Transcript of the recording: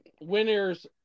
winners